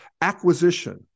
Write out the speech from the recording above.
acquisition